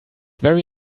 very